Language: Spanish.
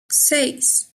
seis